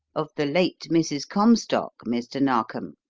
of the late mrs. comstock, mr. narkom,